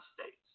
states